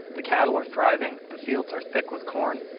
the cattle are thriving the fields are thick with corn,